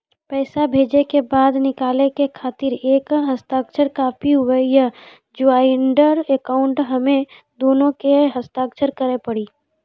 पैसा भेजै के बाद निकाले के खातिर एक के हस्ताक्षर काफी हुई या ज्वाइंट अकाउंट हम्मे दुनो के के हस्ताक्षर करे पड़ी?